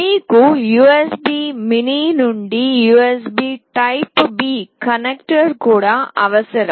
మీకు USB mini నుండి USB type B connector కూడా అవసరం